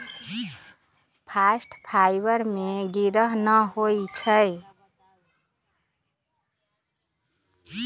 bast fibre में गिरह न होई छै